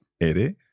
ere